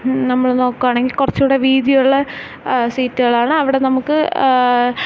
നമ്മള് നോക്കുകയാണെങ്കിൽ കുറച്ചുകൂടെ വീതിയുള്ള സീറ്റുകളാണ് അവിടെ നമുക്ക്